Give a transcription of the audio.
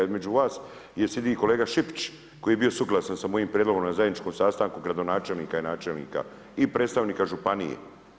Između vas sjedi kolega Šipić koji je bio suglasan sa mojim prijedlogom na zajedničkom sastanku gradonačelnika i načelnika i predstavnika županije.